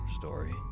story